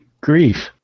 grief